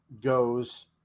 goes